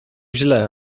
źle